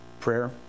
prayer